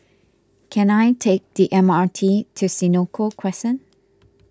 can I take the M R T to Senoko Crescent